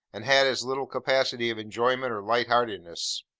and had as little capacity of enjoyment or light-heartedness.